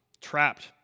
trapped